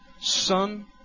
son